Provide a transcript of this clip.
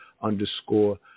underscore